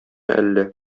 әллә